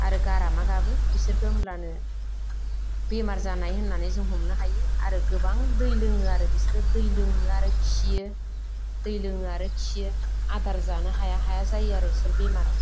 आरो गारामा गाबो बिसोरबो होमब्लानो बेमार जानाय होननानै जों हमनो हायो आरो गोबां दै लोङो आरो बिसोरो दै लोङो आरो खियो दै लोङो आरो खियो आदार जानो हाया हाया जायो आरो बिसोर बेमाराव